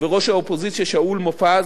וראש האופוזיציה שאול מופז.